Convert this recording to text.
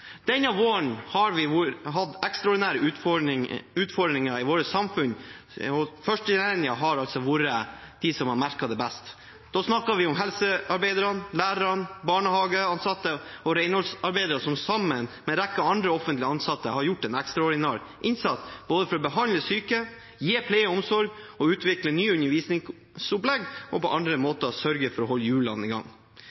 Denne våren har vi hatt ekstraordinære utfordringer i vårt samfunn, og førstelinjen har vært den som har merket det best. Da snakker vi om helsearbeiderne, lærerne, barnehageansatte og renholdsarbeidere som sammen med en rekke andre offentlig ansatte har gjort en ekstraordinær innsats for både å behandle syke, gi pleie og omsorg, utvikle nye undervisningsopplegg og på andre